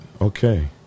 Okay